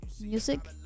music